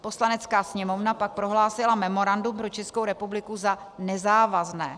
Poslanecká sněmovna pak prohlásila memorandum pro Českou republiku za nezávazné.